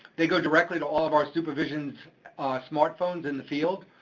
they go directly to all of our supervisions' smartphones in the field.